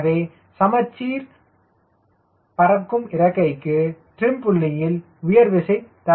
எனவே சமச்சீர் பறக்கும் இறக்கைக்கு ட்ரிம் புள்ளியில் உயர் விசை தர இயலாது